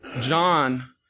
John